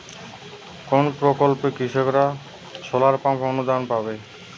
কোন প্রকল্পে কৃষকরা সোলার পাম্প অনুদান পাবে?